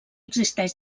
existeix